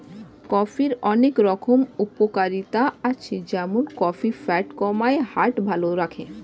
কফির অনেক রকম উপকারিতা আছে যেমন কফি ফ্যাট কমায়, হার্ট ভালো রাখে